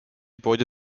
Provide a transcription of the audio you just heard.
poodi